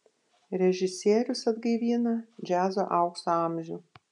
režisierius atgaivina džiazo aukso amžių